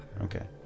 Okay